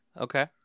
okay